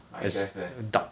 my desk there